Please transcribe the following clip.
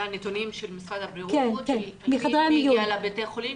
נתונים של משרד הבריאות של מי שהגיע לבתי החולים,